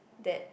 that